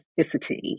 specificity